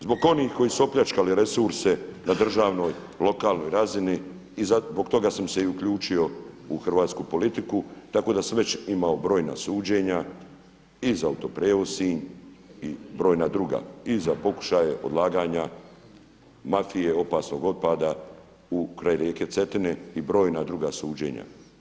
Zbog onih koji su opljačkali resurse na državnoj, lokalnoj razini i zbog toga sam se i uključio u hrvatsku politiku, tako da sam imao već brojna suđenja i za Auto-prijevoz Sinj i brojna druga, i za pokušaje odlaganja mafije opasnog otpada kraj rijeke Cetine i brojna druga suđenja.